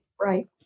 Right